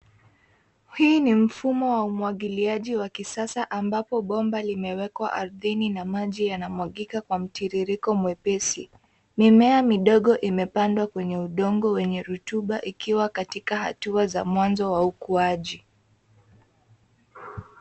Hii ni mfumo wa umwagiliaji wa kisasa ambapo bomba limewekwa ardhini na maji yanamwagika kwa mtiririko mwepesi. Mimea midogo imepandwa kwenye udongo wenye rutuba ikiwa katika hatua za mwanzo wa ukuaji.